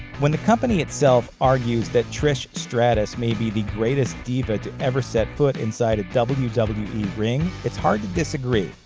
when the company itself argues that trish stratus may be the greatest diva to ever set foot inside a wwe wwe ring, it's hard to disagree.